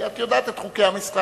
כי את יודעת את חוקי המשחק,